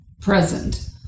present